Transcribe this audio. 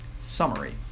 Summary